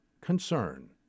concern